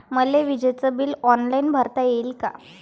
मले विजेच bill online भरता येईन का?